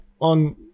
on